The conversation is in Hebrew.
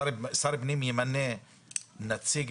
שר הפנים ימנה נציג,